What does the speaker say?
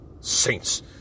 Saints